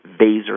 vaser